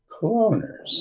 Cloners